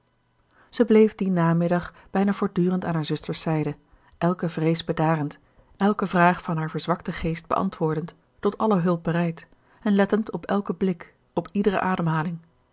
zij bleef dien namiddag bijna voortdurend aan haar zuster's zijde elke vrees bedarend elke vraag van haar verzwakten geest beantwoordend tot alle hulp bereid en lettend op elken blik op iedere ademhaling